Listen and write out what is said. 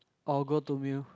or go to meal